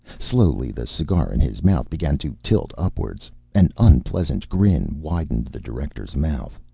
slowly the cigar in his mouth began to tilt upwards. an unpleasant grin widened the director's mouth.